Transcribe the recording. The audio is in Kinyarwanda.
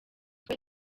twe